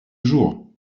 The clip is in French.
jour